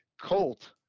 Colt